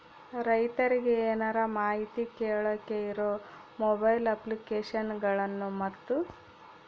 ರೈತರಿಗೆ ಏನರ ಮಾಹಿತಿ ಕೇಳೋಕೆ ಇರೋ ಮೊಬೈಲ್ ಅಪ್ಲಿಕೇಶನ್ ಗಳನ್ನು ಮತ್ತು?